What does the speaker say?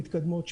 מתקדמות,